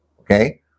Okay